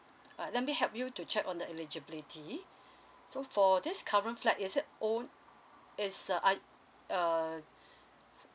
uh let me help you to check on the eligibility so for this current flat is it old it's a are err